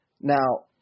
Now